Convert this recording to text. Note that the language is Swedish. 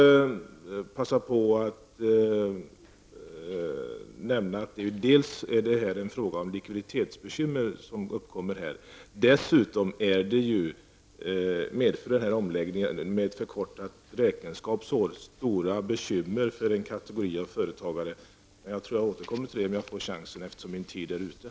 Dels är det fråga om likviditetsbekymmer, dels medför omläggningen till förkortning av räkenskapsåret stora bekymmer för en viss kategori företagare. Jag återkommer till detta senare om jag får chansen.